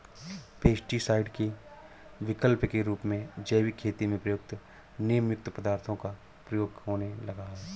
pesticide के विकल्प के रूप में जैविक खेती में प्रयुक्त नीमयुक्त पदार्थों का प्रयोग होने लगा है